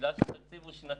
בגלל שהתקציב הוא שנתי,